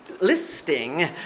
listing